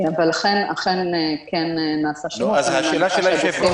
לכן נעשה שימוש --- השאלה של היושב-ראש